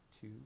two